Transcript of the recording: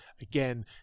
Again